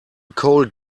cold